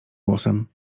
głosem